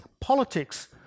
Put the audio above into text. politics